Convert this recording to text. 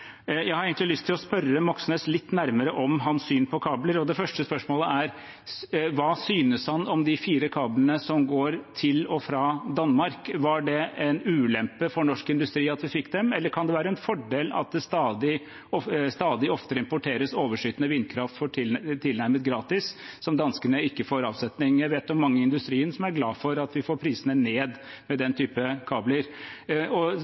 Jeg har egentlig lyst til å spørre representanten Moxnes litt nærmere om hans syn på kabler, og det første spørsmålet er: Hva synes han om de fire kablene som går til og fra Danmark? Var det en ulempe for norsk industri at vi fikk dem, eller kan det være en fordel at det stadig oftere importeres overskytende vindkraft tilnærmet gratis som danskene ikke får avsetning for? Jeg vet om mange i industrien som er glade for at vi får prisene ned